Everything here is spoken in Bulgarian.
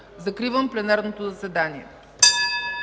Закривам пленарното заседание.